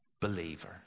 believer